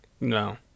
No